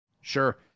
Sure